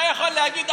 אתה יכול להגיד,